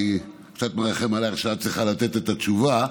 אני קצת מרחם עלייך שאת צריכה לתת את התשובה,